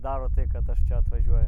daro tai kad aš čia atvažiuoju